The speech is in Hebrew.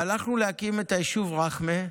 הלכנו להקים את היישוב רח'מה,